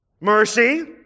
Mercy